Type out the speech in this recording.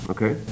Okay